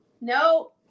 No